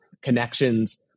connections